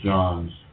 Johns